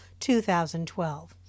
2012